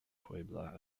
puebla